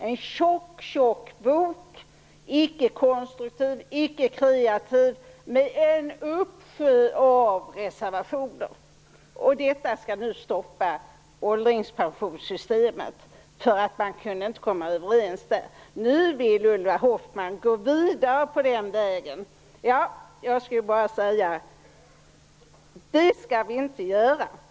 En tjock bok, icke konstruktiv, icke kreativ med en uppsjö av reservationer. Detta skall nu stoppa ålderspensionssystemet därför att man inte kunde komma överens. Nu vill Ulla Hoffmann gå vidare på den vägen. Det skall vi inte göra.